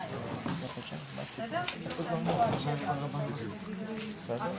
11:48.